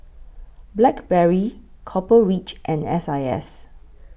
Blackberry Copper Ridge and S I S